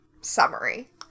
summary